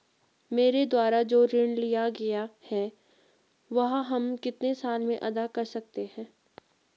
मेरे द्वारा जो ऋण लिया गया है वह हम कितने साल में अदा कर सकते हैं?